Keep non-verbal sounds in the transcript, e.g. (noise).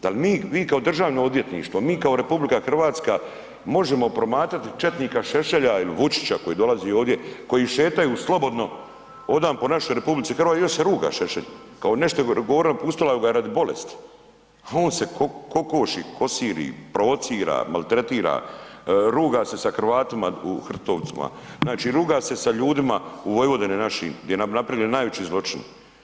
Da li vi kao Državno odvjetništvo, mi kao RH, možemo promatrati četnika Šešelja ili Vučića koji dolazi ovdje, koji šetaju slobodno, hodaju po našoj RH, još se ruga Šešelj, kao ... (unintelligible) pustila ga radi bolesti a on se kokoši, kosiri, provocira, maltretira, ruga se sa Hrvatima u Hrtkovcima, znači ruga se sa ljudima u Vojvodini našim gdje nam je napravljeni najveći zločin.